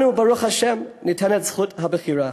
לנו, ברוך השם, ניתנת זכות הבחירה.